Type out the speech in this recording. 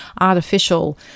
artificial